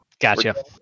Gotcha